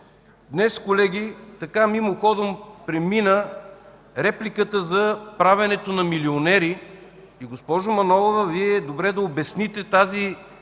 днес, колеги, мимоходом премина репликата за правенето на милионери. И, госпожо Манолова, Вие е добре да обясните тази